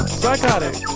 psychotic